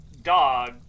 Dog